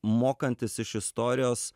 mokantis iš istorijos